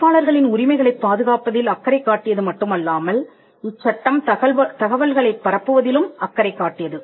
படைப்பாளர்களின் உரிமைகளைப் பாதுகாப்பதில் அக்கறை காட்டியது மட்டுமல்லாமல் இச்சட்டம் தகவல்களைப் பரப்புவதிலும் அக்கறை காட்டியது